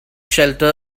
shelter